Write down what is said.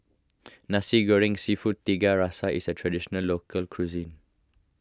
Nasi Goreng Seafood Tiga Rasa is a Traditional Local Cuisine